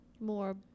more